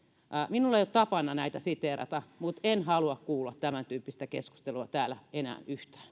minulla ei ole tapana näitä siteerata mutta en halua kuulla sen tyyppistä keskustelua täällä enää